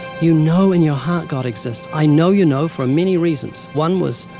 you know in your heart god's exists. i know you know for many reasons. one was,